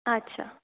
अच्छा